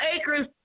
acres